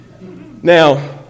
Now